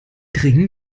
dringen